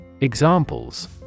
Examples